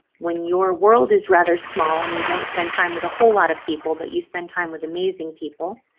when your world is rather small and you don't spend time with a whole lot of people but you spend time with amazing people